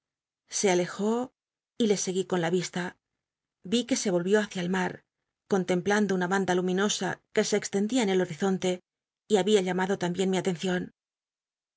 se alejó y le seguí con la vista ri que se volvió hacia el mat contemplando una banda luminosa que se extendía en el horizonte y babia llamado lambien mi atencion